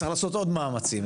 צריך לעשות עוד מאמצים.